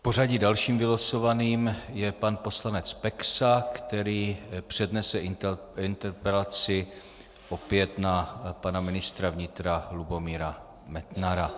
V pořadí dalším vylosovaným je pan poslanec Peksa, která přednese interpelaci opět na pana ministra vnitra Lubomíra Metnara.